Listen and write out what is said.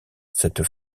cette